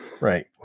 right